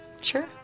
Sure